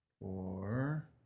Four